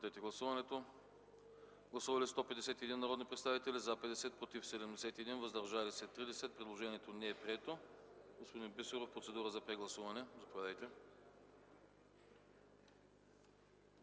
въздържали се 30. Предложението не е прието. Господин Бисеров – процедура за прегласуване, Заповядайте.